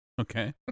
Okay